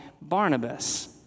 Barnabas